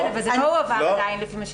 כן אבל זה לא הועבר לפני --- לא,